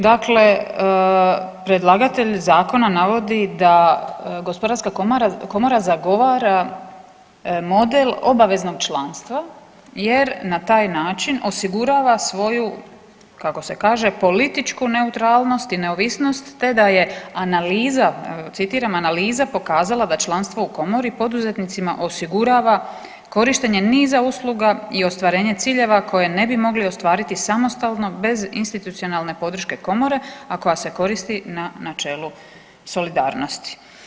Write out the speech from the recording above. Dakle, predlagatelj zakona navodi da gospodarska komora zagovara model obaveznog članstva jer na taj način osigurava svoju, kako se kaže političku neutralnost i neovisnost te da je analiza citiram „analiza pokazala da članstvo u komori poduzetnicima osigurava korištenje niza usluga i ostvarenje ciljeva koje ne bi mogli ostvariti samostalno bez institucionalne podrške komore, a koja se koristi na načelu solidarnosti.